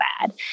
bad